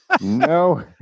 No